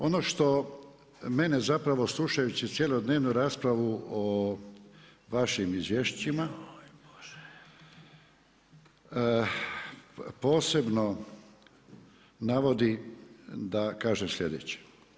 Ono što mene zapravo slušajući cjelodnevnu raspravu o vašim izvješćima posebno navodi da kažem sljedeće.